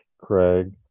Craig